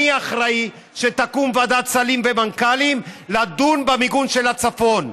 אני אחראי שתקום ועדת שרים ומנכ"לים לדון במיגון של הצפון,